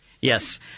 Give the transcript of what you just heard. Yes